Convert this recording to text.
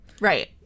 Right